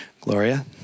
Gloria